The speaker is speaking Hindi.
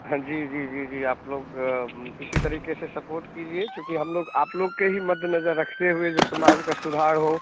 हाँ जी जी जी जी आप लोग इसी तरीक़े से सपोर्ट कीजिए चूँकि हम लोग आप लोग के ही मद्देनज़र रखते हुए जो समाज का सुधार हो